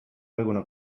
alguna